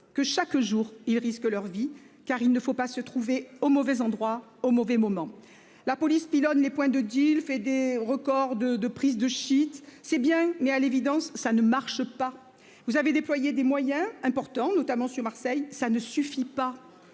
que, chaque jour ils risquent leur vie car il ne faut pas se trouver au mauvais endroit au mauvais moment. La police pilonne les points de deal fait des records de de prise de shit c'est bien mais à l'évidence, ça ne marche pas. Vous avez déployé des moyens importants notamment sur Marseille, ça ne suffit pas.